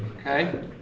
Okay